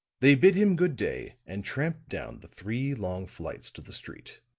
they bid him good-day and tramped down the three long flights to the street.